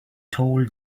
told